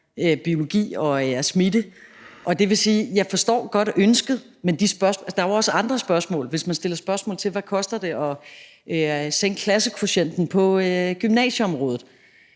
biologi og smitte. Det vil sige, at jeg godt forstår ønsket, men der er jo også andre spørgsmål. Hvis man stiller spørgsmål til, hvad det koster at sænke klassekvotienten på gymnasieområdet,